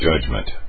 judgment